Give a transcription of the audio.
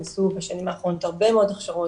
נעשו בשנים האחרונות הרבה מאוד הכשרות,